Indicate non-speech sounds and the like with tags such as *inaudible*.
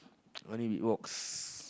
*noise* I only beatbox